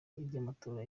iby’amatora